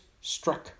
struck